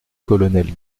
colonel